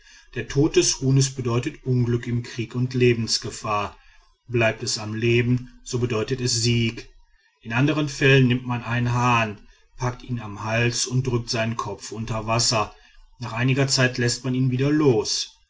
der tod des huhns bedeutet unglück im krieg und lebensgefahr bleibt es am leben so bedeutet es sieg in andern fällen nimmt man einen hahn packt ihn am hals und duckt seinen kopf unter wasser nach einiger zeit läßt man ihn wieder los